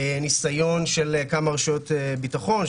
ניסיון של כמה רשויות ביטחון,